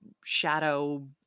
shadow